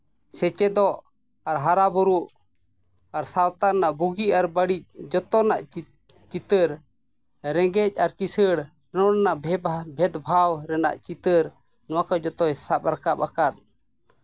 ᱥᱮᱪᱮᱫᱚᱜ ᱦᱟᱨᱟᱼᱵᱩᱨᱩᱜ ᱟᱨ ᱥᱟᱶᱛᱟ ᱨᱮᱱᱟᱜ ᱵᱩᱜᱤ ᱟᱨ ᱵᱟᱹᱲᱤᱡ ᱡᱚᱛᱚ ᱨᱮᱱᱟᱜ ᱪᱤᱛᱟᱹᱨ ᱨᱮᱸᱜᱮᱡ ᱟᱨ ᱠᱤᱥᱟᱹᱲ ᱨᱮᱱᱟᱜ ᱵᱷᱮᱫᱽ ᱵᱷᱟᱣ ᱨᱮᱱᱟᱜ ᱪᱤᱛᱟᱹᱨ ᱱᱚᱣᱟ ᱠᱚ ᱡᱚᱛᱚᱭ ᱥᱟᱵ ᱨᱟᱠᱟᱵ ᱟᱠᱟᱫ